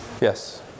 Yes